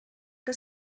que